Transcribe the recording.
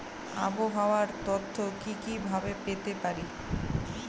আবহাওয়ার তথ্য কি কি ভাবে পেতে পারি?